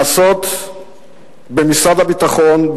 לעשות במשרד הביטחון,